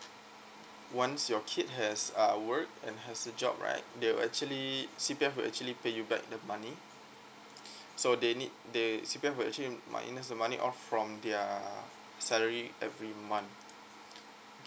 once your kid has uh work and has a job right they will actually C_P_F will actually pay you back the money so they need they C_P_F will actually minus the money off from their salary every month